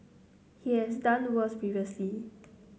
he has done worse previously